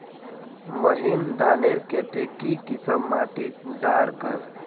महीन धानेर केते की किसम माटी डार कर?